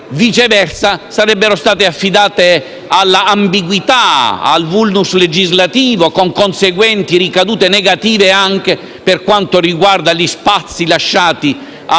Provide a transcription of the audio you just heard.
viceversa, sarebbero state affidate all'ambiguità ed al *vulnus* legislativo, con conseguenti ricadute negative anche per quanto riguarda gli spazi lasciati a